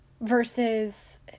versus